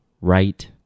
right